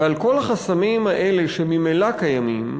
ועל כל החסמים האלה, שממילא קיימים,